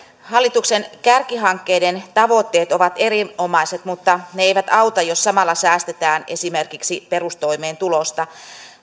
hallituksen kärkihankkeiden tavoitteet ovat erinomaiset mutta ne eivät auta jos samalla säästetään esimerkiksi perustoimeentulosta